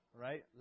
Right